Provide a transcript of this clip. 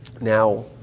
Now